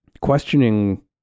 questioning